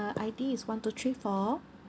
I_D is one two three four